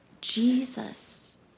Jesus